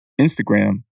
Instagram